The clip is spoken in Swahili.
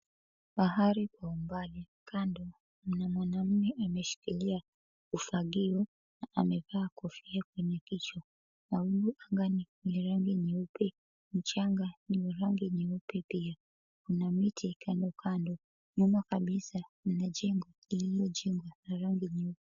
Bahari kwa umbali, kando mna mwanaume ameshikilia ufagio na amevaa kofia kwenye kichwa. Mawingu angani ni ya rangi nyeupe, mchanga ni wa rangi nyeupe pia. Kuna miti kandokando. nyuma kabisa mna jengo lililojengwa la rangi nyeupe.